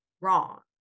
Wrong